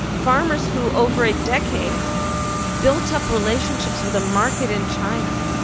farmers who over a decade built up relationships with a market in china.